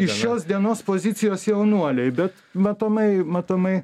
iš šios dienos pozicijos jaunuoliai bet matomai matomai